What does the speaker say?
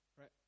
right